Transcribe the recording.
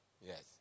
Yes